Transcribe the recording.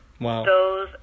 Wow